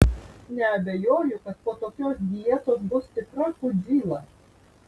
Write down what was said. nebejoju kad po tokios dietos bus tikra chudzyla